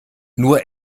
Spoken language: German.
nur